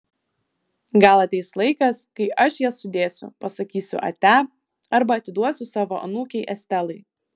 gal ateis laikas kai aš jas sudėsiu pasakysiu ate arba atiduosiu savo anūkei estelai